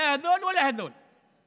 (חוזר על המילים בערבית.)